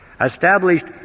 established